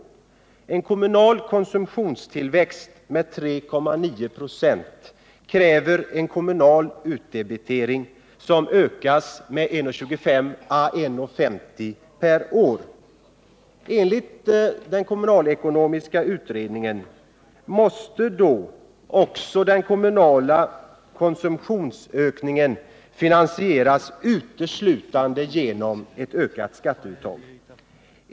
En kommunal konsumtionstillväxt med 3,9 96 kräver en kommunal utdebitering som ökas med 1:25 kr. å 150 kr. per år. Enligt den kommunalekonomiska utredningen måste då också den kommunala konsumtionsökningen finansieras uteslutande genom ett ökat skatteuttag.